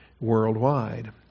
worldwide